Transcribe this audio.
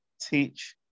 teach